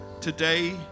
today